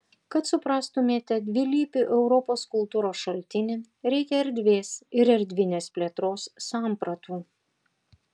kad suprastumėme dvilypį europos kultūros šaltinį reikia erdvės ir erdvinės plėtros sampratų